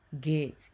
get